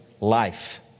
life